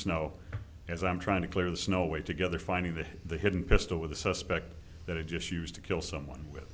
snow as i'm trying to clear the snow away together finding that the hidden pistol with the suspect that i just used to kill someone with